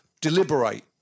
Deliberate